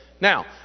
Now